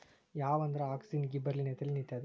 ಯಾವಂದ್ರ auxin, gibberellin, ethylene ಇತ್ಯಾದಿ